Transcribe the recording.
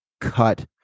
cut